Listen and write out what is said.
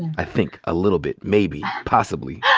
i think, a little bit, maybe, possibly.